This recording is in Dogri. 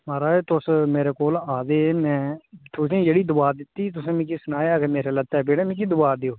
महाराज तुस मेरे कोल आए दे हे मैं तुसेंगी जेह्ड़ी दवा दित्ती ही तुसें मिकी सनाया हा के मेरे लत्तै पीड़ ऐ मिकी दवा देओ